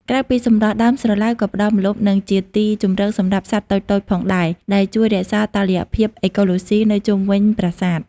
ក្រៅពីសម្រស់ ដើមស្រឡៅក៏ផ្តល់ម្លប់ និងជាទីជម្រកសម្រាប់សត្វតូចៗផងដែរ ដែលជួយរក្សាតុល្យភាពអេកូឡូស៊ីនៅជុំវិញប្រាសាទ។